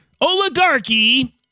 oligarchy